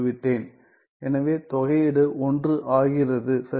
எனவே தொகையீடு 1 ஆகிறது சரியா